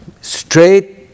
straight